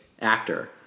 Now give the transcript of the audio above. actor